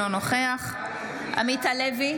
אינו נוכח עמית הלוי,